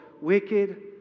wicked